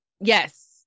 Yes